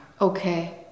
Okay